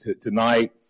tonight